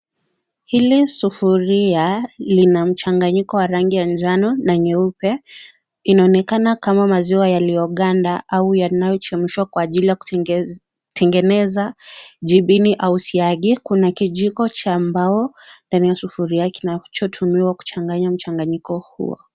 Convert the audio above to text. Hili sufuria, lina mchanganyiko wa rangi ya njano na nyeupe, inaonekana kama maziwa yalio ganda, au kuchemshwa kwa ajili ya kutenge, kutengeneza jibini au siagi, kuna kijiko cha mbao, ndani ya sufuria kinacho tumiwa kuchanganya mchanganyiko huo.